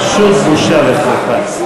פשוט בושה וחרפה.